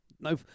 No